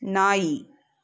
ನಾಯಿ